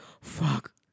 fuck